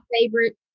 favorite